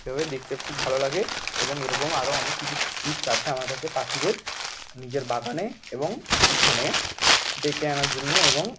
এভাবে দেখতে খুব ভালো লাগে এবং এরকম আরো অনেক কিছু টিপস আছে আমার কাছে পাখিদের নিজের বাগানে এবং উঠানে ডেকে আনার জন্য এবং